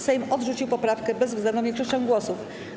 Sejm odrzucił poprawkę bezwzględną większością głosów.